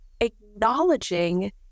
acknowledging